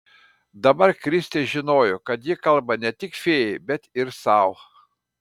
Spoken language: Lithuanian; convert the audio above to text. dabar kristė žinojo kad ji kalba ne tik fėjai bet ir sau